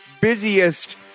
busiest